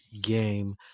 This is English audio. game